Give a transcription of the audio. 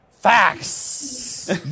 Facts